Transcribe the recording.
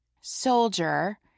soldier